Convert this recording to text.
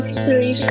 three